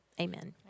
Amen